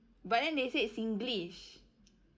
but then they said singlish